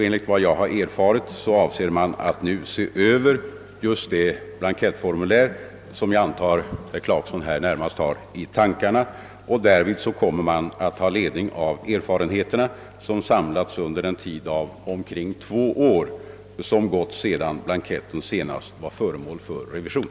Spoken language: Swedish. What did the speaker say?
Enligt vad jag erfarit har man nu för avsikt att se över det blankettformulär som jag antar att herr Clarkson närmast har i tankarna, och då kommer man att ha ledning av de erfarenheter som samlats under de cirka två år som gått sedan blanketten senast var föremål för översyn.